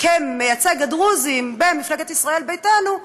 כמייצג הדרוזים במפלגת ישראל ביתנו,